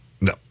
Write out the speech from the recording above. No